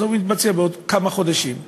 בסוף מתבצע אחרי כמה חודשים,